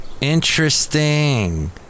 interesting